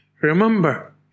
Remember